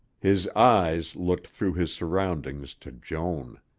his eyes looked through his surroundings to joan.